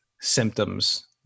symptoms